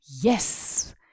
Yes